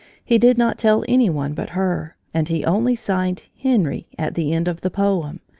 he did not tell any one but her, and he only signed henry at the end of the poem,